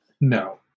No